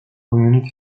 community